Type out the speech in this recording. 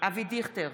אבי דיכטר,